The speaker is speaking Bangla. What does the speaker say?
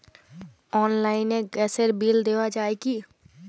অনলাইনে গ্যাসের বিল দেওয়া যায় কি?